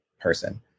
person